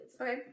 Okay